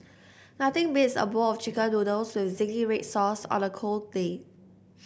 nothing beats a bowl of chicken noodles with zingy red sauce on a cold day